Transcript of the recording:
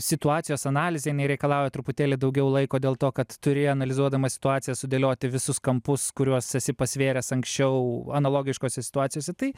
situacijos analizė reikalauja truputėlį daugiau laiko dėl to kad turi analizuodamas situaciją sudėlioti visus kampus kuriuos esi pasvėręs anksčiau analogiškose situacijose tai